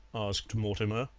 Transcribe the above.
asked mortimer.